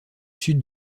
sud